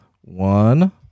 one